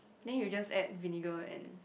then you just add vinegar and